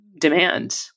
demand